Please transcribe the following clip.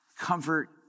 Comfort